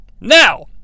Now